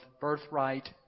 birthright